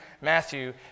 Matthew